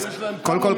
קודם כול,